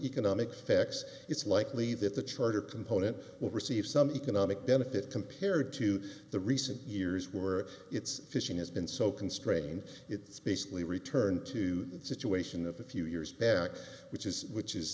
economic effects it's likely that the charter component will receive some economic benefit compared to the recent years where it's fishing has been so constrained it's basically return to the situation of a few years back which is which is